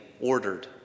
ordered